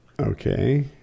Okay